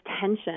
tension